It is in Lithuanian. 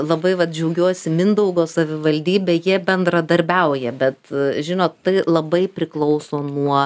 labai va džiaugiuosi mindaugo savivaldybe jie bendradarbiauja bet žinot tai labai priklauso nuo